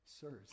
sirs